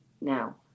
now